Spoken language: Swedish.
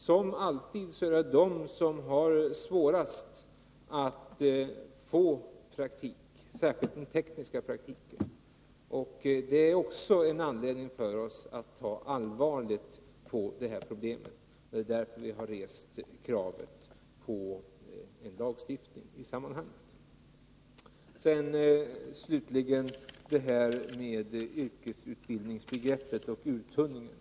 Som alltid är det de som har svårast att få praktik, särskilt gäller detta den tekniska praktiken. Detta är också en anledning för oss att se allvarligt på problemet, och vi har alltså för vår del rest kravet på lagstiftning. Slutligen yrkesutbildningsbegreppet och uttunningen.